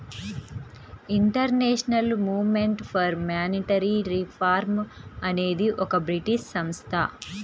international movement for monetary reform అనేది ఒక British సంస్థ